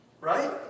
Right